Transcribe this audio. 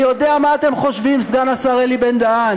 אני יודע מה אתם חושבים, סגן השר אלי בן-דהן.